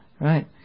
right